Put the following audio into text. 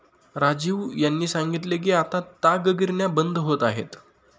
राजीव यांनी सांगितले की आता ताग गिरण्या बंद होत आहेत